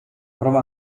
prova